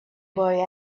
boy